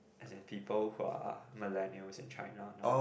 as in people who are millennials in China know